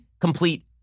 complete